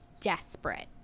desperate